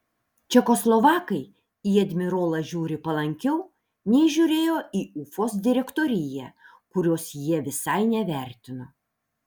čekoslovakai į admirolą žiūri palankiau nei žiūrėjo į ufos direktoriją kurios jie visai nevertino